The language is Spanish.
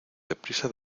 deprisa